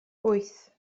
wyth